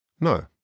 No